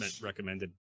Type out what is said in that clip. recommended